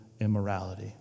immorality